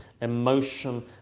emotion